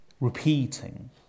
repeating